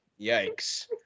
yikes